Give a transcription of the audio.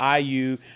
IU